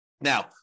Now